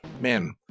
man